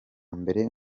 mbere